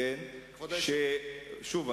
שוב,